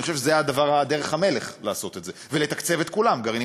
אני חושב שזו הייתה דרך המלך לעשות את זה ולתקצב את כולם: גרעינים